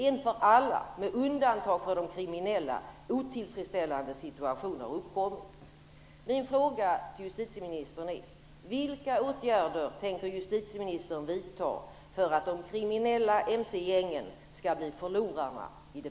En för alla, med undantag för de kriminella, otillfredsställande situation har uppkommit.